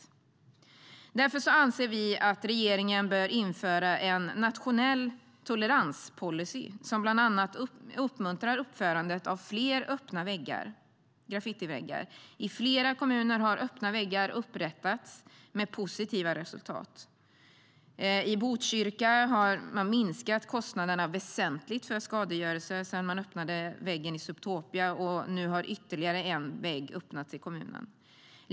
Därför anser vi att regeringen bör införa en nationell toleranspolicy som bland annat uppmuntrar uppförandet av fler öppna graffitiväggar. I flera kommuner har öppna väggar uppförts med positiva resultat. I Botkyrka har man minskat sina kostnader väsentligt för skadegörelse sedan man öppnade väggen i Subtopia, och nu har ytterligare en vägg öppnats i kommunen.